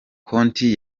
konti